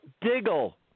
Diggle